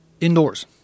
indoors